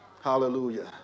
Hallelujah